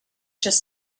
just